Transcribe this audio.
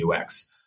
UX